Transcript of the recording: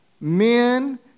Men